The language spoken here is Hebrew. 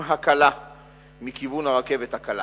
הקמת הקו הראשון של הרכבת הקלה